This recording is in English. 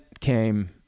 came